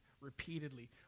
repeatedly